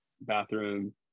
bathroom